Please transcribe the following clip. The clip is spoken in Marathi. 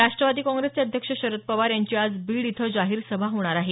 राष्ट्रवादी काँग्रेसचे अध्यक्ष शरद पवार यांची आज बीड इथं जाहीर सभा होणार आहे